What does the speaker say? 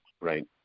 Right